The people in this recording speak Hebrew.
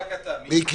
רק אתה, מיקי.